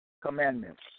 commandments